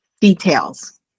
details